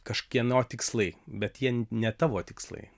kažkieno tikslai bet jei ne tavo tikslai